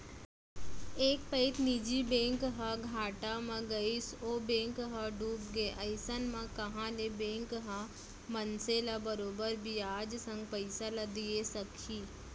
एक पइत निजी बैंक ह घाटा म गइस ओ बेंक ह डूबगे अइसन म कहॉं ले बेंक ह मनसे ल बरोबर बियाज संग पइसा ल दिये सकही